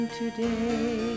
today